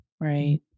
right